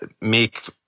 make